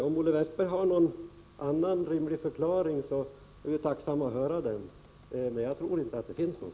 Om Olle Westberg har någon annan rimlig förklaring är jag tacksam för att höra den, men jag tror inte att det finns någon.